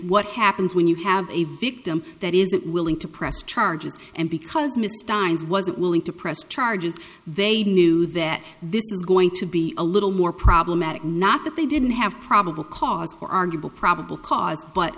what happens when you have a victim that isn't willing to press charges and because mr stein is wasn't willing to press charges they knew that this is going to be a little more problematic not that they didn't have probable cause or arguable probable cause but